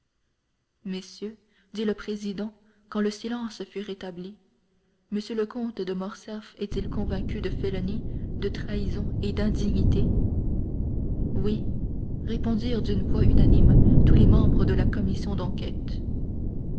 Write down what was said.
messieurs dit le président quand le silence fut rétabli m le comte de morcerf est-il convaincu de félonie de trahison et d'indignité oui répondirent d'une voix unanime tous les membres de la commission d'enquête